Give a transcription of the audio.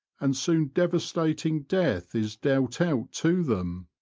and soon devastating death is dealt out to them.